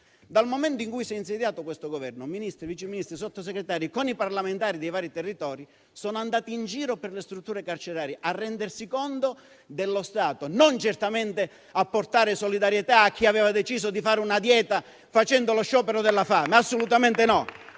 Dal momento in cui si è insediato questo Governo, Ministri, vice Ministri, Sottosegretari, con i parlamentari dei vari territori sono andati in giro per le strutture carcerarie a rendersi conto del loro stato, e non certamente a portare solidarietà a chi aveva deciso di fare una dieta con lo sciopero della fame, assolutamente no.